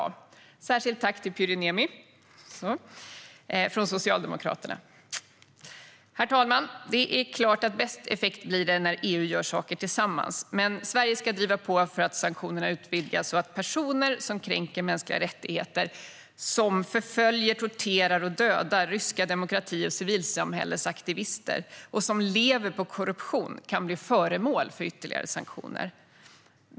Jag riktar ett särskilt tack till Pyry Niemi från Socialdemokraterna. Herr talman! Det är klart att det blir bäst effekt när EU gör saker tillsammans. Men Sverige ska driva på för att sanktionerna ska utvidgas så att personer som kränker mänskliga rättigheter, som förföljer, torterar och dödar ryska demokrati och civilsamhällesaktivister och som lever på korruption kan bli föremål för ytterligare sanktioner.